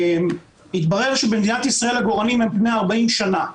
התברר שבמדינת ישראל עגורנים הם בני 40 שנה,